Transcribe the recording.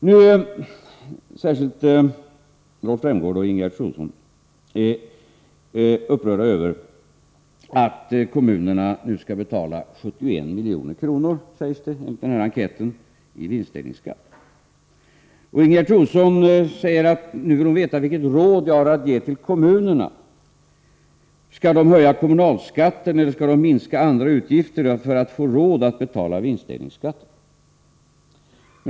Nu är särskilt Rolf Rämgård och Ingegerd Troedsson upprörda över att kommunerna skall betala 71 milj.kr., vilket anges i den här enkäten, i vinstdelningsskatt. Ingegerd Troedsson säger att hon nu vill veta vilket råd jag har att ge till kommunerna. Skall de höja kommunalskatten eller skall de minska andra utgifter för att få råd att betala vinstdelningsskatten?